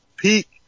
peak